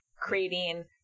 creating